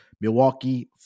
Milwaukee